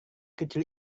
kecil